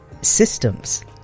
systems